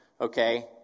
Okay